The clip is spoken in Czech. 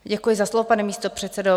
Děkuji za slovo, pane místopředsedo.